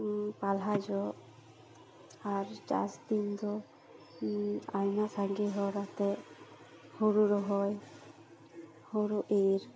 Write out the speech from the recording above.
ᱯᱟᱞᱦᱟ ᱡᱚᱜ ᱟᱨ ᱪᱟᱥ ᱫᱤᱱ ᱫᱚ ᱟᱭᱢᱟ ᱥᱟᱸᱜᱮ ᱦᱚᱲ ᱟᱛᱮ ᱦᱩᱲᱩ ᱨᱚᱦᱚᱭ ᱦᱩᱲᱩ ᱤᱨ